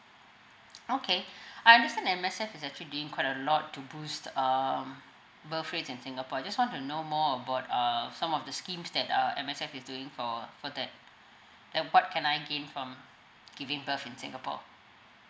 okay I understand that M_S_F is actually doing quite a lot to boost the um birth rate in singapore just want to know more about um some of the schemes that uh M_S_F is doing for for that that what can I gain from giving birth in singapore